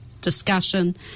discussion